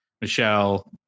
Michelle